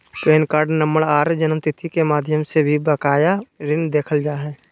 pan card number आर जन्मतिथि के माध्यम से भी बकाया ऋण देखल जा हय